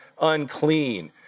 unclean